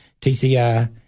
tci